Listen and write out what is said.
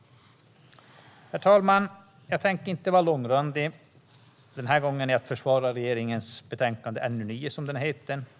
Herr talman! Jag tänker inte vara långrandig denna gång i att försvara betänkande NU9, som det heter.